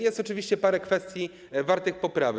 Jest oczywiście parę kwestii wartych poprawy.